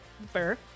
fair